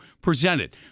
presented